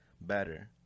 better